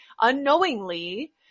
unknowingly